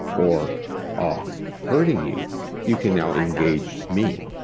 or ah hurting you you can now engage me,